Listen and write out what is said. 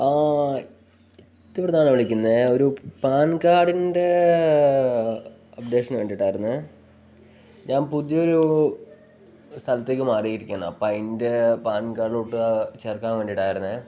ഇത് ഇവിടെനിന്നാണ് വിളിക്കുന്നത് ഒരു പാൻ കാർഡിൻ്റെ അപ്ഡേഷന് വേണ്ടിയിട്ടായിരുന്നു ഞാൻ പുതിയൊരു സ്ഥലത്തേക്ക് മാറിയിരിക്കുകയാണ് അപ്പോള് അതെൻ്റെ പാൻ കാർഡിലേക്ക് ചേർക്കാൻ വേണ്ടിയിട്ടായിരുന്നു